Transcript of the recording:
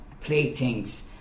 playthings